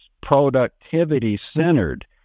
productivity-centered